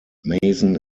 mason